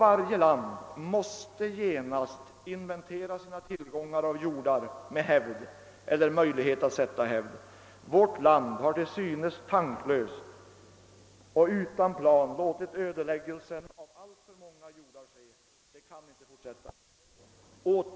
Varje land måste genast inventera sina tillgångar av jordar med hävd eller möjlighet att sätta i hävd. Vårt land har till synes tanklöst och utan plan låtit ödeläggelsen av alltför många jordar ske. Det kan inte fortsätta.